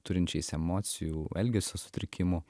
turinčiais emocijų elgesio sutrikimų